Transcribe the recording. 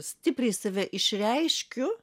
stipriai save išreiškiu